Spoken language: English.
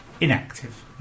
inactive